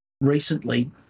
recently